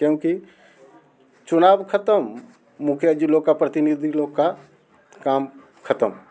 क्योंकि चुनाव ख़त्म मुखिया जी लोग का प्रतिनिधि लोग का काम ख़त्म